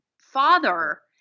father